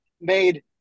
made